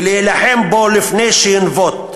ולהילחם בו לפני שינבוט.